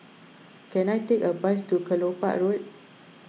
can I take a bus to Kelopak Road